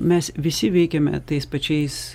mes visi veikiame tais pačiais